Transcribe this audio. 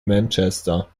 manchester